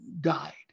died